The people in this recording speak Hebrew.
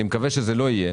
אני מקווה שזה לא יהיה,